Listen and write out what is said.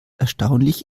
erstaunlich